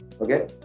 okay